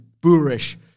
boorish